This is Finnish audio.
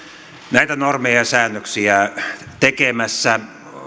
näitä normeja ja säännöksiä tekemässä